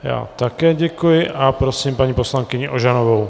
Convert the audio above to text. Já také děkuji a prosím paní poslankyni Ožanovou.